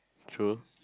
true